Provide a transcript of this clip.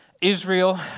Israel